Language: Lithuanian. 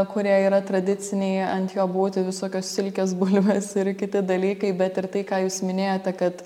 kurie yra tradiciniai ant jo būtų visokios silkės bulvės ir kiti dalykai bet ir tai ką jūs minėjote kad